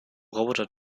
roboter